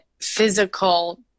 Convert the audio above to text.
physical